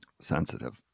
Sensitive